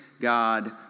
God